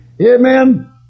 Amen